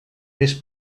més